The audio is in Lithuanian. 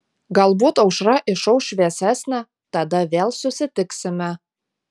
galbūt aušra išauš šviesesnė tada vėl susitiksime